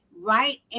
Right